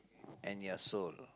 and your soul